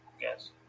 Yes